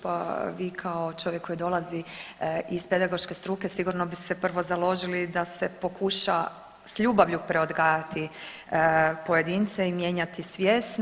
Pa vi kao čovjek koji dolazi iz pedagoške struke sigurno bi se prvo založili da se pokuša s ljubavlju preodgajati pojedince i mijenjati svijest.